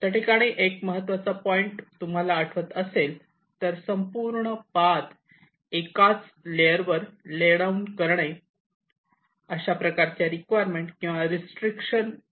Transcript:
याठिकाणी एक महत्त्वाचा पॉईंट तुम्हाला आठवत असेल तर संपूर्ण पाथ एकाच लेअर वर ले डाऊन करणे अशा प्रकारचे रिक्वायरमेंट किंवा रिस्टिक्षण असते